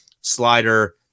slider